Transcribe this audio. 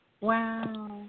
Wow